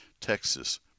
texas